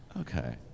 Okay